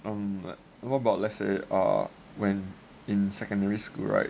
um what about let's say uh when in secondary school right